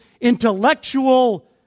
intellectual